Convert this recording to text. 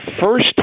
first